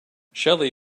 shelly